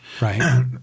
Right